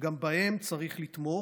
וגם בהם צריך לתמוך,